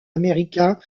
américain